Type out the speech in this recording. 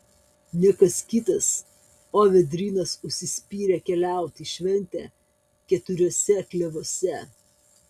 ne kas kitas o vėdrynas užsispyrė keliauti į šventę keturiuose klevuose